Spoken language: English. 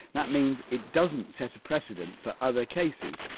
that means it doesn't set a precedent for other cases.